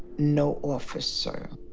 no officer.